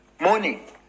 morning